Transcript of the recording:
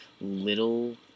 Little